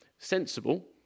sensible